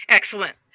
Excellent